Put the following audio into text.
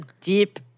deep